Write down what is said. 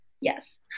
yes